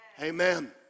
Amen